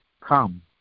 come